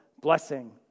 blessing